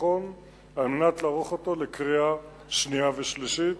והביטחון על מנת להכין אותו לקריאה שנייה וקריאה שלישית.